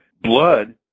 blood